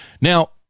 now